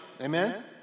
Amen